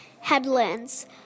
headlands